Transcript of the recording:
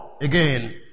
again